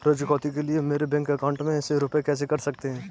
ऋण चुकौती के लिए मेरे बैंक अकाउंट में से रुपए कैसे कट सकते हैं?